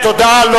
תודה.